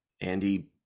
Andy